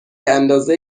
اندازه